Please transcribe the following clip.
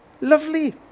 Lovely